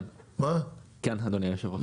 כן אדוני יושב הראש.